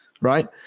right